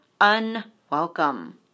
unwelcome